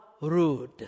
rude